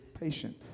patient